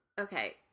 Okay